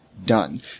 done